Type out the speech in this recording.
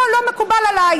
לא, לא מקובל עליי.